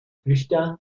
christian